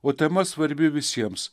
o tema svarbi visiems